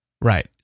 Right